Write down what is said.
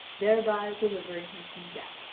thereby delivering him from death.